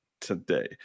today